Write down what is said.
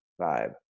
vibe